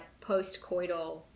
post-coital